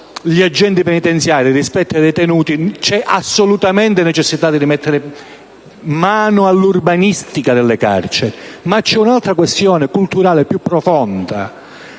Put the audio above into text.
di Polizia penitenziaria rispetto ai detenuti è assolutamente necessario rimettere mano all'urbanistica delle carceri. C'è poi un'altra questione culturale più profonda.